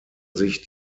sich